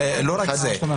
לא רק זה,